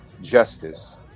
Justice